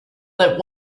that